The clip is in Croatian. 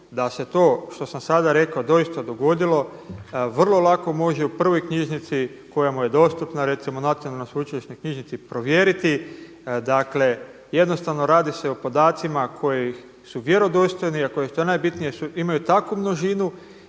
da se to što sam sada rekao doista dogodilo, vrlo lako može u prvoj knjižnici koja mu je dostupna recimo Nacionalnoj sveučilišnoj knjižnici provjeriti. Dakle jednostavno radi se o podacima koji su vjerodostojni, a što je najbitnije imaju takvu množinu